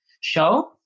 show